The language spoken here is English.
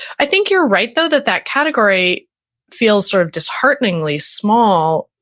i think you're right though, that that category feels sort of dishearteningly small.